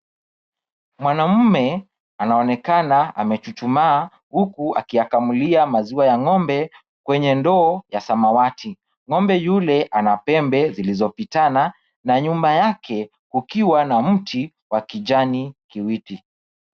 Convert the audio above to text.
Mwanaume anaonekana amechuchuma huku akiyakamulia maziwa ya ng'ombe kwenye ndoo ya samawati . Ng'ombe yule ana pembe zilizopitana na nyuma yake kukiwa na mti wa kijani kibichi.